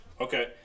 Okay